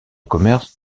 commerce